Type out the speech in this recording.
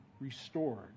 restored